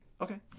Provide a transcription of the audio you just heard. Okay